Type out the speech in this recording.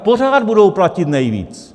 Pořád budou platit nejvíc!